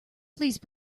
please